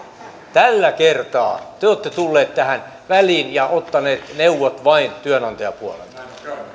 tällä kertaa te te olette tulleet tähän väliin ja ottaneet neuvot vain työnantajapuolelta